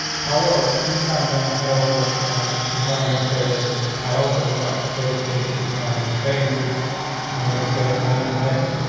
how are if i'm gonna head over. and if i'm going to say that i also would like to place a, i don't know, heading to and i'm going to say i am heading.